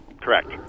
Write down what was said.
Correct